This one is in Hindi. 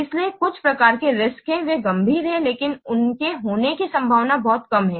इसलिए कुछ प्रकार के रिस्क्स हैं वे बहुत गंभीर हैं लेकिन उनके होने की संभावना बहुत कम है